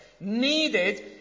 needed